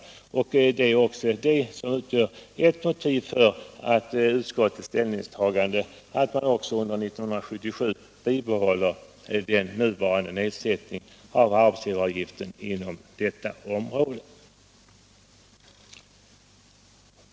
Detta beräknas ske under hösten 1977 och utgör ytterligare ett motiv till utskottets ställningstagande att under 1977 bibehålla den nuvarande nedsättningen av arbetsgivaravgiften inom detta område.